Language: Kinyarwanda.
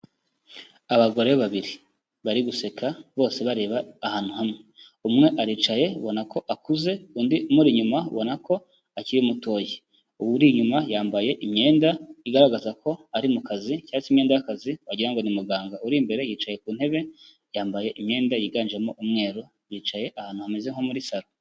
Abagore babiri bari guseka bose bareba ahantu hamwe, umwe aricaye ubona ko akuze undi umuri inyuma ubona ko akiri mutoya, uwo uri inyuma yambaye imyenda igaragaza ko ari mu kazi cyangwa se imyenda y'akazi wagira ngo ni muganga, uri imbere yicaye ku ntebe yambaye imyenda yiganjemo umweru bicaye ahantu hameze nko muri saro.